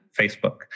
Facebook